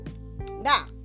Now